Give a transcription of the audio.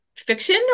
fiction